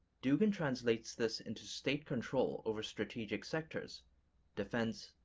dugin translates this into state control over strategic sectors defence,